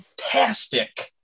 fantastic